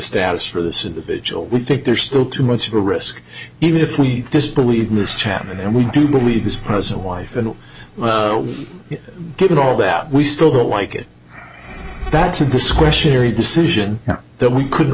status for this individual we think there's still too much of a risk even if we just believe mr chapman and we do believe his present wife and given all that we still don't like it that's a discretionary decision that we could